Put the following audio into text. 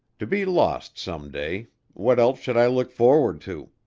to be lost some day what else should i look forward to?